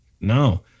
No